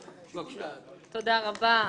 תודה רבה.